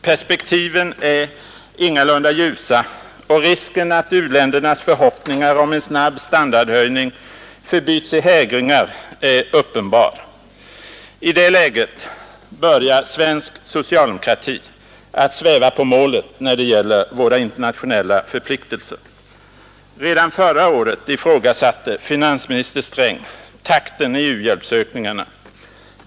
Perspektiven är ingalunda ljusa. Risken för att u-ländernas förhoppningar om en snabb standardhöjning förbyts i hägringar är uppenbar. I det läget börjar svensk socialdemokrati att sväva på målet när det gäller våra internationella förpliktelser. Redan förra året ifrågasatte finansminister Sträng takten i u-hjälpsökningarna.